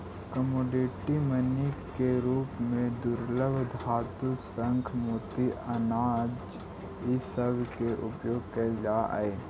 commodity money के रूप में दुर्लभ धातु शंख मोती अनाज इ सब के उपयोग कईल जा हई